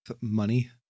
Money